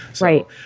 Right